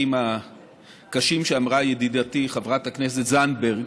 הקשים שאמרה ידידתי חברת הכנסת זנדברג